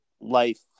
life